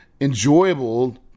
enjoyable